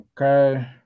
Okay